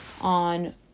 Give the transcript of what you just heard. on